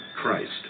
Christ